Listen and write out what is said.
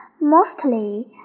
Mostly